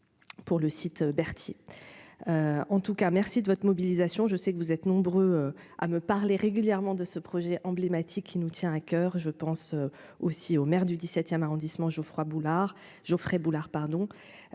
pour le site Berthier, en tout cas merci de votre mobilisation, je sais que vous êtes nombreux à me parler régulièrement de ce projet emblématique qui nous tient à coeur, je pense aussi au maire du 17ème arrondissement Geoffroy Boulard